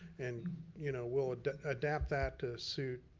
and you know we'll adapt that to suit